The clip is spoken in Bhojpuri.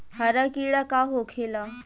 हरा कीड़ा का होखे ला?